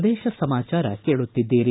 ಪ್ರದೇಶ ಸಮಾಚಾರ ಕೇಳುತ್ತಿದ್ದೀರಿ